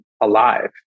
alive